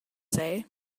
say